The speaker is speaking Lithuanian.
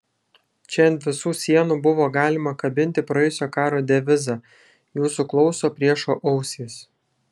čia ant visų sienų buvo galima kabinti praėjusio karo devizą jūsų klauso priešo ausys